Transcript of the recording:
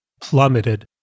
plummeted